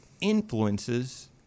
influences